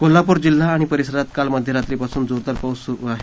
कोल्हापूर जिल्हा आणि परिसरात काल मध्यरात्रीपासून जोरदार पाऊस सुरू आहे